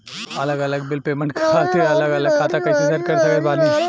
अलग अलग bill payment खातिर अलग अलग खाता कइसे सेट कर सकत बानी?